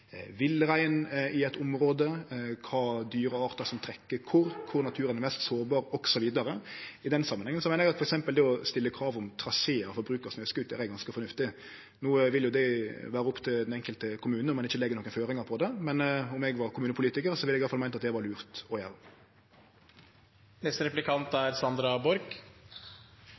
villrein i eit område, kva for dyreartar som trekkjer kor, kor naturen er mest sårbar osv. I den samanhengen meiner eg at det å stille krav om trasear for bruk av snøscooter er ganske fornuftig. No vil det vere opp til den enkelte kommunen om ein ikkje legg nokon føringar for det, men om eg var kommunepolitikar, ville eg iallfall meint at det var lurt å